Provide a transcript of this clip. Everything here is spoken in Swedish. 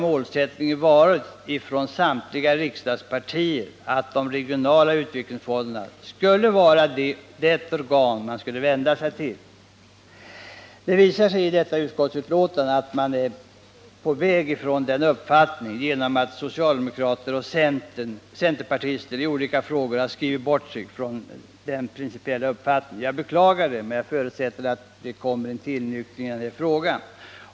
Målsättningen för samtliga riksdagspartier har där varit att de regionala utvecklingsfonderna skulle vara det organ företagen skulle vända sig till. Det visar sig i detta utskottsbetänkande att man är på väg ifrån den uppfattningen genom att socialdemokrater och centerpartister i olika frågor har skrivit sig bort från denna princip. Jag beklagar det, men jag förutsätter att det kommer en tillnyktring i denna fråga.